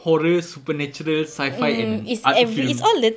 horror supernatural sci-fi and an art film